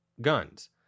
guns